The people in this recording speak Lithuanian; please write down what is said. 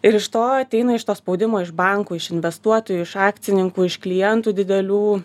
ir iš to ateina iš to spaudimo iš bankų iš investuotojų iš akcininkų iš klientų didelių